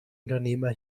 unternehmer